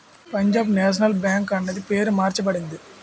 Punjab national bank అన్నది పేరు మార్చబడింది